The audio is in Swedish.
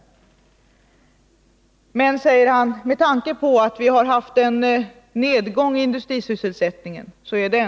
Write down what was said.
Men enligt industriministern är det ändå en hygglig balans med tanke på att vi har haft en nedgång i industrisysselsättningen.